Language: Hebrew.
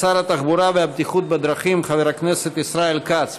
שר התחבורה והבטיחות בדרכים חבר הכנסת ישראל כץ.